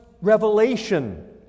revelation